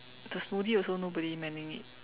the smoothie also nobody manning it